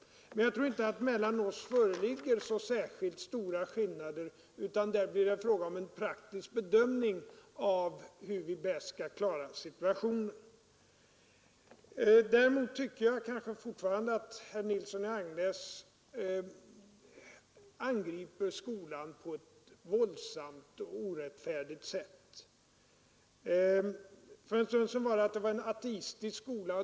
Jag tror dock inte att det därvidlag mellan oss föreligger så särskilt stora skillnader i uppfattning, utan det blir mera fråga om en praktisk bedömning av hur vi bäst skall klara situationen. Däremot tycker jag fortfarande att herr Nilsson i Agnäs angrep skolan på ett våldsamt och orättfärdigt sätt. För en stund sedan sade han att det var en ateistisk skola.